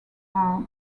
are